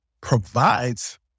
provides